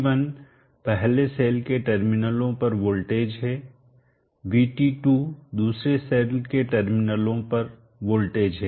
VT1 पहले cell के टर्मिनलों पर वोल्टेज है VT2 दुसरे सेल के टर्मिनलों पर वोल्टेज है